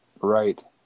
Right